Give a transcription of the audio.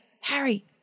Harry